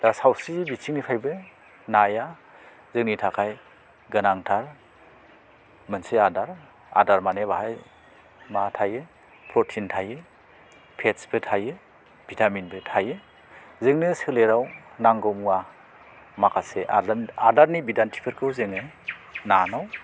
दा सावस्रिनि बिथिंनिफ्रायबो नाया जोंनि थाखाय नाया गोनांथार मोनसे आदार आदार माने बेहाय मा थायो प्रटिन थायो फेटसबो थायो भिटामिनबो थायो जोंनो सोलेराव नांगौ मुवा आदारनि माखासे आदारनि बिदान्थिफोरखौ जोङो नानाव